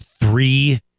Three